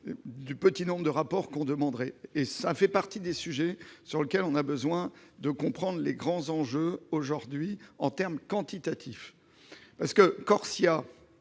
du petit nombre de rapports que l'on demanderait. Cela fait partie des sujets sur lesquels on a besoin de comprendre les grands enjeux, aujourd'hui, en termes quantitatifs. En effet, Corsia